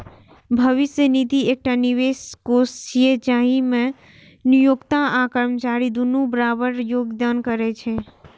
भविष्य निधि एकटा निवेश कोष छियै, जाहि मे नियोक्ता आ कर्मचारी दुनू बराबर योगदान करै छै